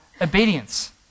obedience